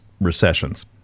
recessions